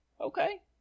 Okay